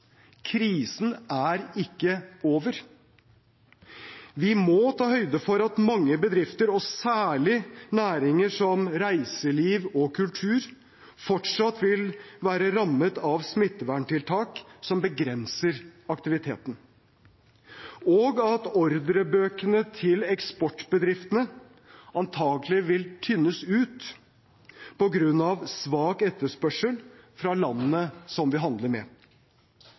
krisen er ikke over. Vi må ta høyde for at mange bedrifter – og særlig i næringer som reiseliv og kultur – fortsatt vil være rammet av smitteverntiltak som begrenser aktiviteten, og at ordrebøkene til eksportbedriftene antakelig vil tynnes ut på grunn av svak etterspørsel fra landene vi handler med.